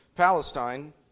Palestine